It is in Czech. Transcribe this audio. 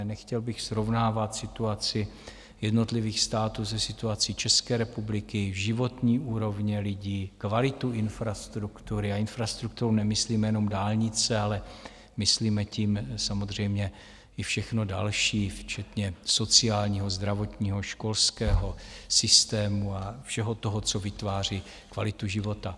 Nechtěl bych srovnávat situaci jednotlivých států se situací České republiky, životní úrovně lidí, kvalitu infrastruktury a infrastrukturou nemyslíme jenom dálnice, ale myslíme tím samozřejmě i všechno dalš, včetně sociálního, zdravotního, školského systému a všeho toho, co vytváří kvalitu života.